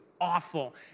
awful